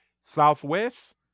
Southwest